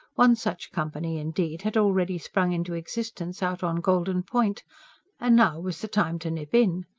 one such company, indeed, had already sprung into existence, out on golden point and now was the time to nip in.